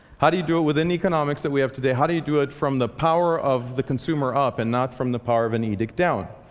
how do you do it within the economics that we have today? how do you do it from the power of the consumer up? and not from the power of an edict down.